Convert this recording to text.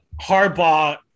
Harbaugh